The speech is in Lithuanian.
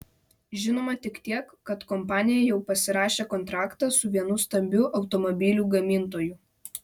žinoma tik tiek kad kompanija jau pasirašė kontraktą su vienu stambiu automobilių gamintoju